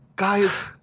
guys